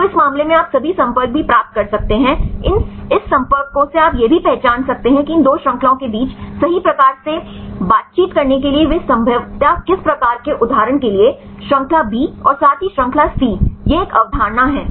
तो इस मामले में आप सभी संपर्क भी प्राप्त कर सकते हैं इस संपर्कों से आप यह भी पहचान सकते हैं कि इन 2 श्रृंखलाओं के बीच सही प्रकार से बातचीत करने के लिए वे संभवतया किस प्रकार के उदाहरण के लिए श्रृंखला बी और साथ ही श्रृंखला सी यह एक अवधारणा है